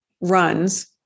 runs